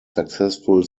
successful